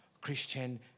Christian